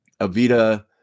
Avita